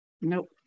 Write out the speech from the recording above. Nope